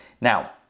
Now